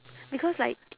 because like